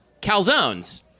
Calzones